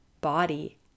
body